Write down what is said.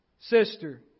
sister